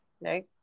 No